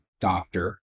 doctor